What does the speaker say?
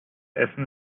essen